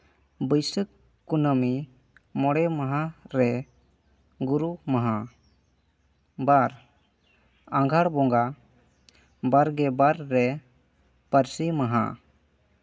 ᱵᱟᱹᱭᱥᱟᱹᱠᱷ ᱠᱩᱱᱟᱹᱢᱤ ᱢᱚᱬᱮ ᱢᱟᱦᱟ ᱨᱮ ᱜᱩᱨᱩ ᱢᱟᱦᱟ ᱵᱟᱨ ᱟᱸᱜᱷᱟᱬ ᱵᱚᱸᱜᱟ ᱵᱟᱨ ᱜᱮ ᱵᱟᱨ ᱨᱮ ᱯᱟᱹᱨᱥᱤ ᱢᱟᱦᱟ